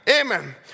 Amen